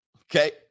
okay